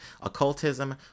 Occultism